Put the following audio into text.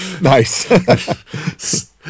Nice